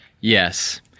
Yes